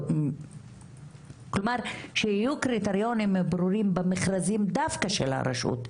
כלומר שיהיו קריטריונים ברורים במכרזים דווקא של הרשות.